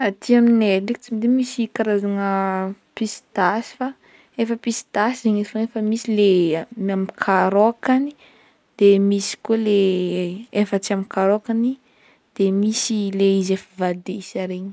Aty aminay ndraiky tsy de misy karazagna pistasy fa efa pistasy efa misy le amin'ny karokany de misy koa le efa tsy amny karokany de misy le izy efa voadesa regny.